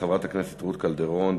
חברת הכנסת רות קלדרון,